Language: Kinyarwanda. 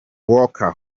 walker